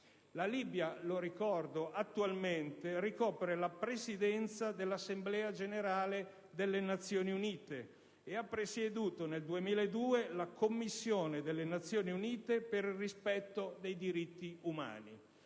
la Libia ricopre, attualmente, la carica di Presidente dell'Assemblea generale delle Nazioni Unite e che ha presieduto, nel 2003, la Commissione delle Nazioni Unite per il rispetto dei diritti umani.